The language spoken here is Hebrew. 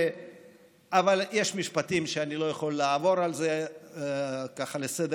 אבל יש משפטים שאני לא יכול לעבור עליהם לסדר-היום,